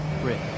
brit